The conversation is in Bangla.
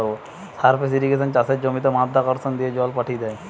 সারফেস ইর্রিগেশনে চাষের জমিতে মাধ্যাকর্ষণ দিয়ে জল পাঠি দ্যায়